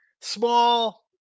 Small